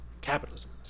capitalism